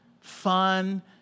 fun